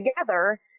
together